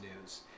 news